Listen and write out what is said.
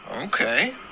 Okay